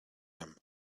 him